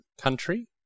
country